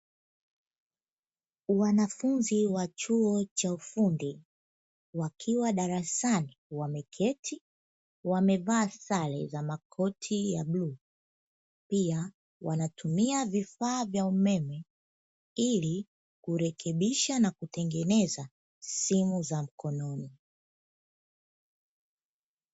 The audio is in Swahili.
Wanafunzi wa chuo cha ufundi wakiwa darasani wameketi, Wamevaa sare za makoti ya bluu. Pia wanatumia vifaa vya umeme ili kurekebisha na kutengeneza simu za mkononi.